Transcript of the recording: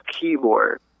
keyboard